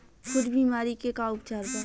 खुर बीमारी के का उपचार बा?